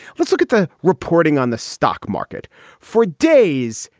let's look at the reporting on the stock market for days.